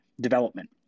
development